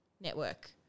network